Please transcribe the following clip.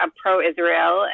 pro-Israel